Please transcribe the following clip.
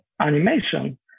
animation